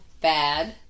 bad